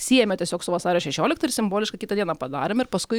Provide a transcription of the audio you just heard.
siejame tiesiog su vasario šešiolikta ir simboliškai kitą dieną padarėm ir paskui